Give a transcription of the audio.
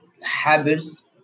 habits